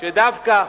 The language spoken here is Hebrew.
שדווקא